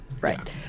right